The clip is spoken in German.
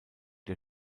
der